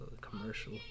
commercial